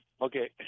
Okay